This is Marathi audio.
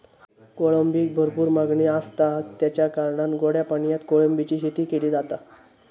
कोळंबीक भरपूर मागणी आसता, तेच्या कारणान गोड्या पाण्यात कोळंबीची शेती केली जाता